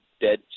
dead